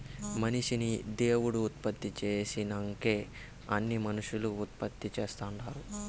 మనిషిని దేవుడు ఉత్పత్తి చేసినంకే అన్నీ మనుసులు ఉత్పత్తి చేస్తుండారు